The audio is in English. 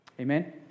Amen